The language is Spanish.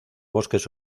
bosques